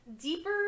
Deeper